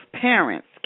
parents